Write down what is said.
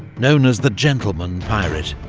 known as the gentleman pirate,